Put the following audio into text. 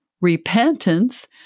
Repentance